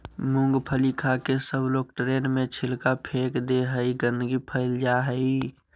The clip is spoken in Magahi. मूँगफली खाके सबलोग ट्रेन में छिलका फेक दे हई, गंदगी फैल जा हई